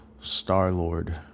Star-Lord